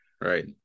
Right